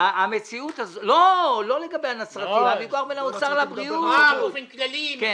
לא מדובר על בית החולים בנצרת.